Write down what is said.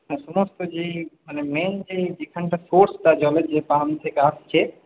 সমস্ত যেই মানে মেন যেই যেইখানটা ফোর্সটা জলের যে পাম্প থেকে আসছে